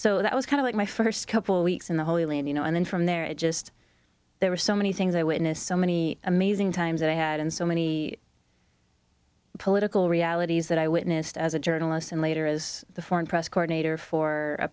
so that was kind of like my first couple weeks in the holy land you know and then from there it just there were so many things i witnessed so many amazing times that i had and so many political realities that i witnessed as a journalist and later as the foreign press corps nadir for a